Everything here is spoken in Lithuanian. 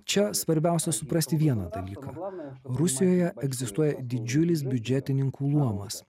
čia svarbiausia suprasti vieną dalyką rusijoje egzistuoja didžiulis biudžetininkų luomas